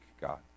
God